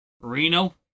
Reno